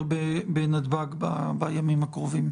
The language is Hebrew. בנתב"ג בימים הקרובים.